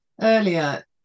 earlier